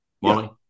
Wally